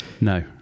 No